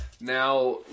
Now